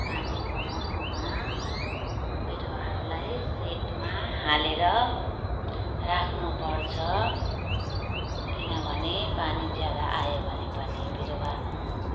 पानीको मौसममा बिरुवाहरूलाई सेडमा हालेर राख्नुपर्छ किनभने पानी ज्यादा आयो भने पनि बिरुवा